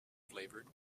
flavoured